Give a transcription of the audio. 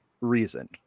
reason